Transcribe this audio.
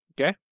Okay